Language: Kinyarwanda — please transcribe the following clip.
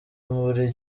buri